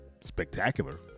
spectacular